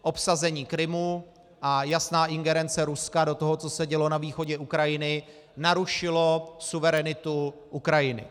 Obsazení Krymu a jasná ingerence Ruska do toho, co se dělo na východě Ukrajiny, narušilo suverenitu Ukrajiny.